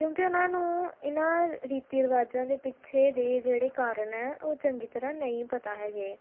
ਕਿਉਂਕਿ ਉਹਨਾਂ ਨੂੰ ਇਹਨਾਂ ਰੀਤੀ ਰਿਵਾਜਾਂ ਦੇ ਪਿੱਛੇ ਦੇ ਜਿਹੜੇ ਕਾਰਨ ਹੈ ਉਹ ਚੰਗੀ ਤਰ੍ਹਾਂ ਨਹੀਂ ਪਤਾ ਹੈਗੇ